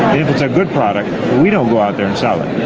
if it's a good product, we don't go out there and sell it.